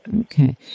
Okay